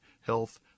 Health